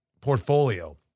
portfolio